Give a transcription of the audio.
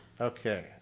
Okay